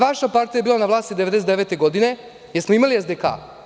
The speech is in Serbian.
Vaša partija je bila na vlasti 1999. godine, da li smo imali SDK?